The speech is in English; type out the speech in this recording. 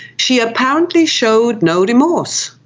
she apparently showed no remorse.